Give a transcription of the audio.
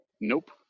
Nope